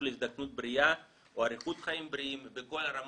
להזדקנות בריאה או אריכות חיים בריאים בכל הרמות,